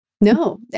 no